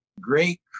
great